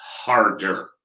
harder